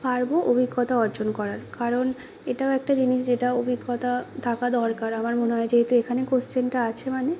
পারব অভিজ্ঞতা অর্জন করার কারণ এটাও একটা জিনিস যেটা অভিজ্ঞতা থাকা দরকার আমার মনে হয় যেহেতু এখানে কোশ্চেনটা আছে মানে